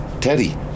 Teddy